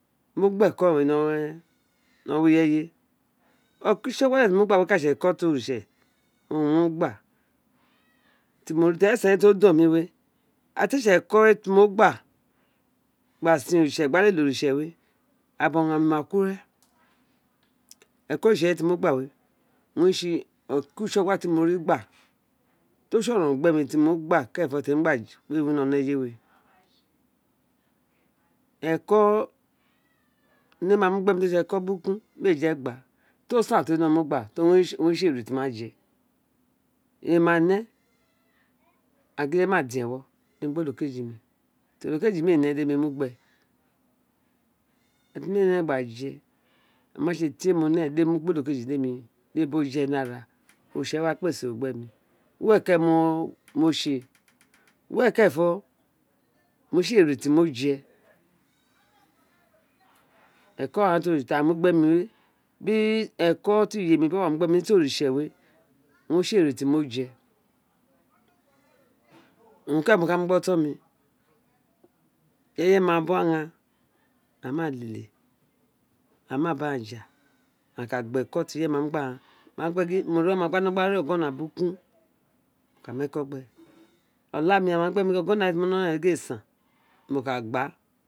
Mo gba e̱kọ nì e̱wọ neye ni ewo ireye ẹkọ tí tsogus ka tsi eko tì oritse hno gbá to ri esen ti o don mí m̃e ira ti éè tsi ekoviti mo bs lete gba gba sen oritse gos britse we ira bobo ogharanmr ma ku ven sko oritse timo tha we owun heittsi elko abs tro tse oronron gbema merenfo ti mo gba wi éyé we elko oiye bha mu ghemr trotsi ekó burukun var el is a gbe tosan tr wino me gbe torr owin betsi éè hao wa je emi ms ne agin di emí ma din ewo em, br olokeji mí mr éè né gremr kej mu ra mu gbe irg temi ed rigby je o mà tsi tie mo hear nr ara di emí bo kpese gbe grs oritse wa my were ofceren mo the wo kérènfo owun ré tsi enẹ tí mo je were kérén mo tse were keren fo owun re tsi ere ti mo je eko gháán tí a m̃u gbemi we bi eko ti ayemi bi owa mi bi ti oritse we owun re tsi ene tí mo je owun keren mo ka mu gbr oton mí ireye ma bu aghaan ame lele aghaan ma ja aghaan ka gbá eko ti ireye mu gbi aghan a má gin gbe gin a ri oma ti o no re ogone burukun wo ka mi eko gbi aghan o̱lạmi ama ain gbe mi gin ogoná.